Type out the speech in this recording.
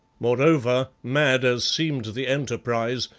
moreover, mad as seemed the enterprise,